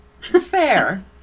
Fair